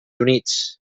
units